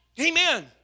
Amen